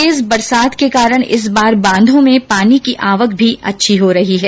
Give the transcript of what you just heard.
तेज बारिश के कारण इस बार बांधो में पानी की आवक भी अच्छी हो रही है